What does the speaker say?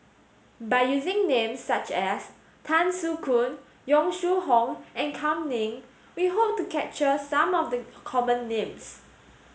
by using names such as Tan Soo Khoon Yong Shu Hoong and Kam Ning we hope to capture some of the common names